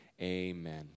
Amen